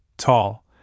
tall